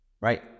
right